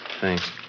Thanks